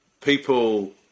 people